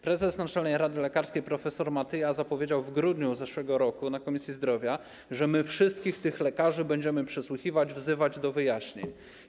Prezes Naczelnej Rady Lekarskiej prof. Matyja zapowiedział w grudniu zeszłego roku na posiedzeniu Komisji Zdrowia, że wszystkich tych lekarzy będziemy przesłuchiwać, wzywać do wyjaśnień.